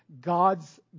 God's